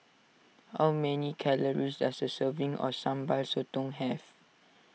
how many calories does a serving of Sambal Sotong have